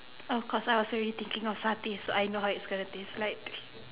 of course I was already thinking of satay so I know how it's going to taste like